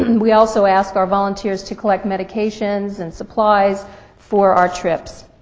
we also ask our volunteers to collect medications and supplies for our trips.